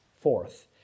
Fourth